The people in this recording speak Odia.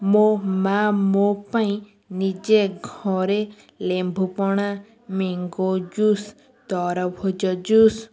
ମୋ ମା ମୋ' ପାଇଁ ନିଜେ ଘରେ ଲେମ୍ବୁପଣା ମ୍ୟାଙ୍ଗୋ ଜୁସ୍ ତରଭୋଜ ଜୁସ୍